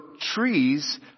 trees